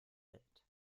welt